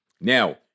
Now